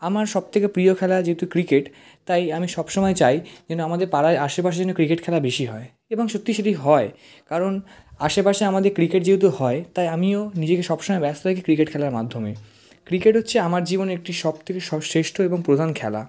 আমার সবথেকে প্রিয় খেলা যেহেতু ক্রিকেট তাই আমি সব সময় চাই যেন আমাদের পাড়ায় আশেপাশে যেন ক্রিকেট খেলা বেশি হয় এবং সত্যি সেটি হয় কারণ আশেপাশে আমাদের ক্রিকেট যেহেতু হয় তাই আমিও নিজেকে সব সময় ব্যস্ত রাখি ক্রিকেট খেলার মাধ্যমে ক্রিকেট হচ্ছে আমার জীবনের একটি সবথেকে সব শ্রেষ্ঠ এবং প্রধান খেলা